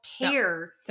care